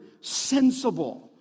sensible